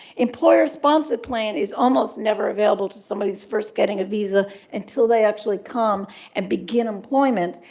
employer sponsored plan is almost never available to somebody who's first getting a visa until they actually come and begin employment.